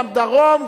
גם דרום,